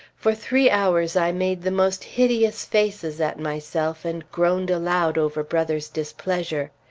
for three hours i made the most hideous faces at myself and groaned aloud over brother's displeasure.